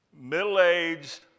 middle-aged